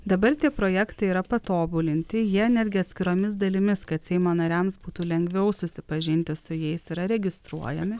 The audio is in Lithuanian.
dabar tie projektai yra patobulinti jie netgi atskiromis dalimis kad seimo nariams būtų lengviau susipažinti su jais yra registruojami